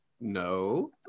No